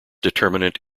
determinant